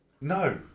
No